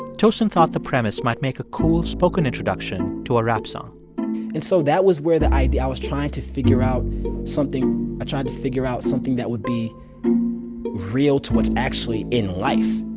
tosin thought the premise might make a cool spoken introduction to a rap song and so that was where the idea i was trying to figure out something i tried to figure out something that would be real to what's actually in life.